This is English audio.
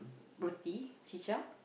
roti pizza